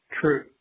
true